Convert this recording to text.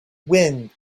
wind